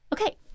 Okay